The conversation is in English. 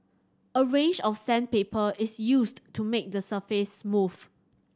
a range of sandpaper is used to make the surface smooth